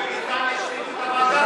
בבריטניה השמידו את המאגר